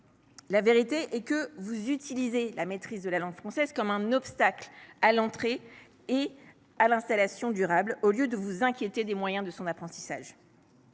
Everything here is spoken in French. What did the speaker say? La vérité, c’est que vous utilisez la maîtrise de la langue française comme un obstacle à l’entrée et à l’installation durable, au lieu de vous inquiéter des moyens de son apprentissage.